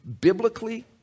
biblically